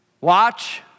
Watch